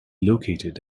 located